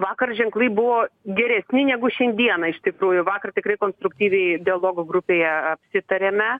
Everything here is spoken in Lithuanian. vakar ženklai buvo geresni negu šiandieną iš tikrųjų vakar tikrai konstruktyviai dialogo grupėje apsitarėme